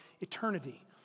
eternity